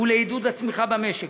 ועידוד הצמיחה במשק.